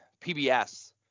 pbs